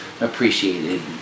appreciated